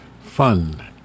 Fun